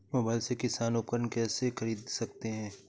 Mobile से किसान उपकरण कैसे ख़रीद सकते है?